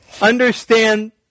understand